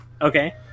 Okay